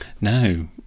No